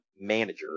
manager